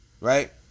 right